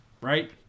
right